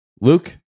Luke